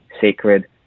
sacred